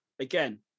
again